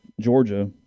Georgia